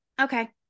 okay